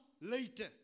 later